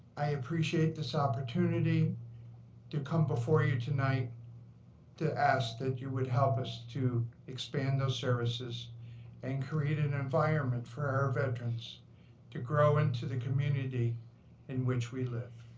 i appreciate this opportunity to come before you tonight to ask that you would help us to expand those services and create an environment for our veterans to grow into the community in which we live.